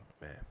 Man